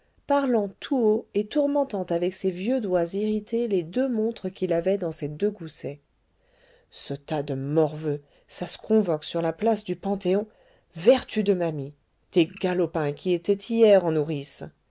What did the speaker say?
parlant tout haut et tourmentant avec ses vieux doigts irrités les deux montres qu'il avait dans ses deux goussets ce tas de morveux ça se convoque sur la place du panthéon vertu de ma mie des galopins qui étaient hier en nourrice